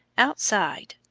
outside,